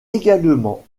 également